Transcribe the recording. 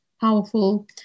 powerful